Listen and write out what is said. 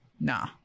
nah